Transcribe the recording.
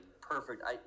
Perfect